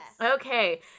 okay